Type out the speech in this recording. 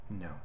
No